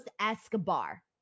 Escobar